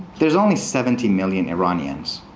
there's only seventy million iranians.